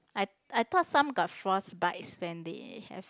I I thought some got frost bites when they have